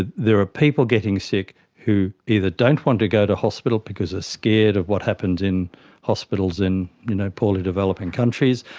ah there are people getting sick who either don't want to go to hospital because they're ah scared of what happens in hospitals in you know poorly developing countries,